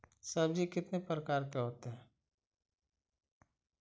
सब्जी कितने प्रकार के होते है?